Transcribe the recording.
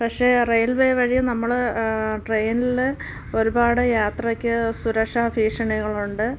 പക്ഷേ റെയിൽവേ വഴി നമ്മൾ ട്രെയിനിൽ ഒരുപാട് യാത്രയ്ക്ക് സുരക്ഷാ ഭീഷണികളുണ്ട്